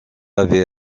avait